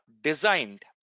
designed